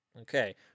okay